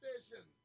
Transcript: station